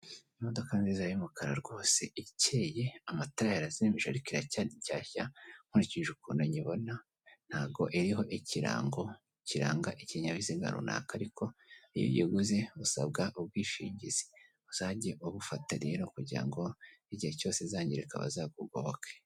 Imodoka nziza y'umukara rwose ikeye amatara yayo azimije ariko iracyari shyashya. Nkurikije ukuntu nyibona ntago iriho ikirango kiranga ikinyabiziga runaka ariko iyo uyiguze usabwa ubwishingizi uzajye ubufata rero kugira ngo igihe cyose izangirika bazakugoke.